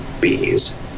bees